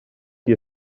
qui